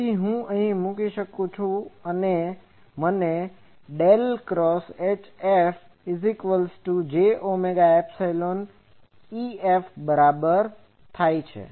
તેથી અહીં હું મૂકી શકું છું અને તે મને ∇×HFj ωϵ EF del cross HF એ j ઓમેગા એપ્સીલોન EF બરાબર છે